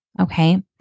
Okay